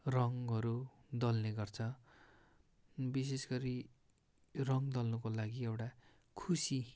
रङहरू दल्ने गर्छ विशेष गरी रङ दल्नुको लागि एउटा खुसी